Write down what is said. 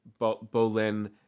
Bolin